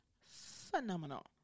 phenomenal